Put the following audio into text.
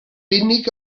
unig